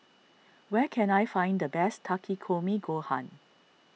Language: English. where can I find the best Takikomi Gohan